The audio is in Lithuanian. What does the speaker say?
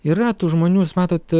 yra tų žmonių jūs matot